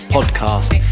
Podcast